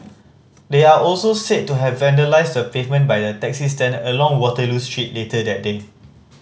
they are also said to have vandalised the pavement by a taxi stand along Waterloo Street later that day